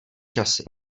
časy